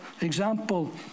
example